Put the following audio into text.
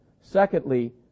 Secondly